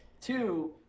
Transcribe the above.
Two